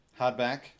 hardback